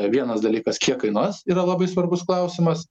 vienas dalykas kiek kainuos yra labai svarbus klausimas